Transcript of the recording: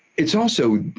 it's also